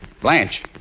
Blanche